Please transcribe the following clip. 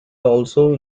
also